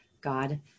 God